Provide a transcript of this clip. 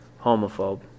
Homophobe